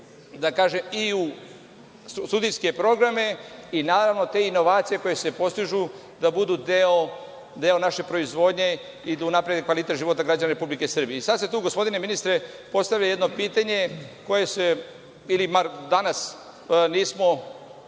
da kažem, i u studijske programe i naravno te inovacije koje se postižu da budu deo naše proizvodnje i da unaprede kvalitet života građana Republike Srbije. Sada se tu, gospodine ministre postavlja jedno pitanje koje se ili bar danas nismo